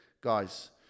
Guys